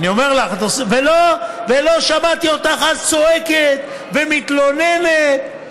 ולא שמעתי אותך אז צועקת ומתלוננת.